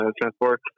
transport